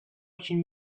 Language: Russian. очень